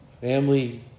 family